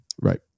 Right